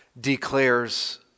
declares